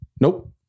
Nope